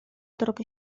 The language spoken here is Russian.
вдруг